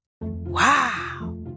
Wow